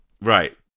Right